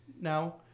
now